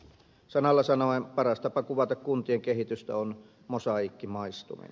sanalla sanoen paras tapa kuvata kuntien kehitystä on mosaiikkimaistuminen